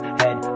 head